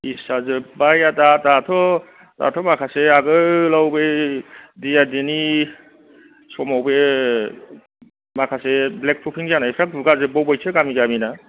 एसआ जोब्बाय आर दा दाथ दाथ माखासे आगोलाव बै डि आर डि एनि समावबो माखासे ब्लेक थखिं जानायफ्रा गुगा जोब्बावबायसो गामि गामिना